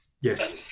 Yes